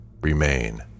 Remain